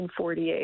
1948